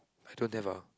I don't have ah